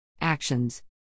Actions